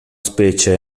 specie